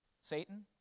Satan